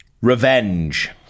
Revenge